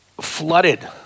flooded